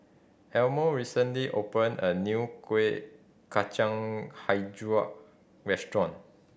Elmo recently opened a new Kuih Kacang Hijau restaurant